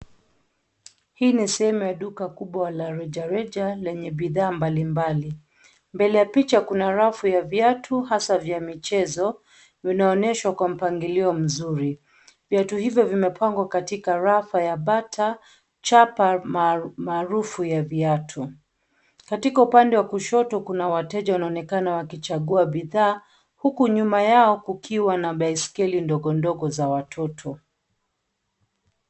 Hii ni sehemu ya duka kubwa la rejareja lenye bidhaa mbalimbali. Mbele ya picha kuna rafu ya viatu hasa vya michezo vinaonyeshwa kwa mpangilio mzuri. Viatu hivyo vimepagwa katika rapa ya Bata chapa maarufu ya viatu. Katika upande wa kushoto kuna wateja wanaonekana wakichagua bidhaa, huku nyuma yao kukiwa na baiskeli ndogo ndogo za watoto.